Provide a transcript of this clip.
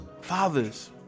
fathers